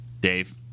dave